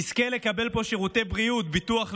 יזכה לקבל פה שירותי בריאות, ביטוח לאומי,